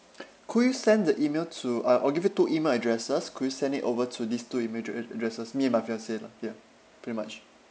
could you send the email to uh I'll give you two email addresses could you send it over to these two email addre~ addresses me and my fiancee lah ya pretty much